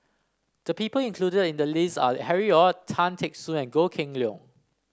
the people included in the list are Harry Ord Tan Teck Soon and Goh Kheng Long